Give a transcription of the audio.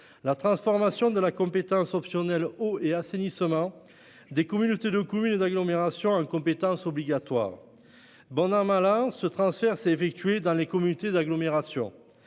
la transformation de la compétence optionnelle eau et assainissement des communautés de communes et d'agglomération en compétence obligatoire. Bon an mal an, ce transfert s'est effectué dans les communautés d'agglomération.